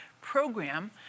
program